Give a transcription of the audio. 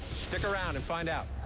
stick around and find out.